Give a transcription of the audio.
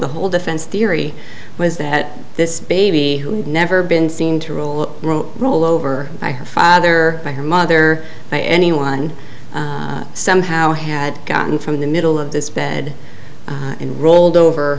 the whole defense theory was that this baby who had never been seen to roll roll over by her father by her mother by anyone somehow had gotten from the middle of this bed and rolled over